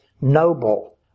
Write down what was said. noble